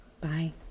Bye